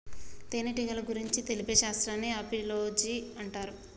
తేనెటీగల గురించి తెలిపే శాస్త్రాన్ని ఆపిలోజి అంటారు